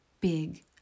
big